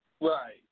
Right